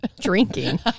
Drinking